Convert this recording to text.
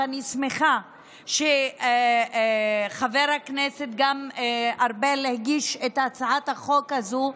ואני שמחה שגם חבר הכנסת ארבל הגיש את הצעת החוק הזאת,